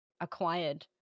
acquired